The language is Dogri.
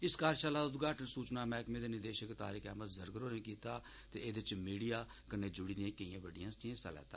इस कार्यक्रम दा उदघाटन सूचना मैहकमें दे निदेशक तारिक अहमद जरगर होरें कीता ते एदे च मीडिया कन्नै जुडी दिए केईए हस्तिएं हिस्सा लैता